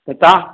हितां